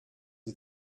sie